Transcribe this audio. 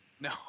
No